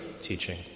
teaching